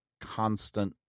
constant